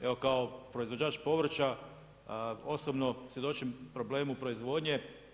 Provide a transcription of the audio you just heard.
Evo kao proizvođač povrća osobno svjedočim problemu proizvodnje.